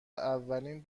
اولین